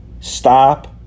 stop